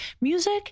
music